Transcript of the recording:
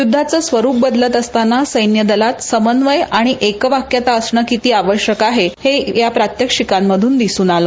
युद्धाचं स्वरूप बदलत असताना संखिदलात समन्वय आणि एकवाक्यता असणं किती आवश्यक आहे हे या प्रात्यक्षिकांमधून दिसून आलं